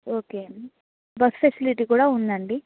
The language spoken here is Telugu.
ఓకే అండి బస్ ఫెసిలిటీ కూడా ఉందండి